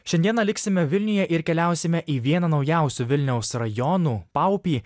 šiandieną liksime vilniuje ir keliausime į vieną naujausių vilniaus rajonų paupį